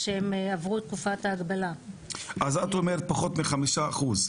זה היה המצב עד לפני חמש שנים.